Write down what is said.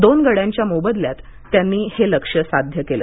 दोन गड्यांच्या मोबदल्यात त्यांनी हे लक्ष्य साध्य केलं